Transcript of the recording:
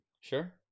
sure